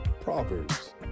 Proverbs